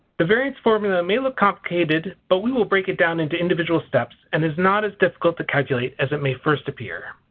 the variance formula may look complicated, but we will break it down into individual steps and is not as difficult to calculate as it may first appear.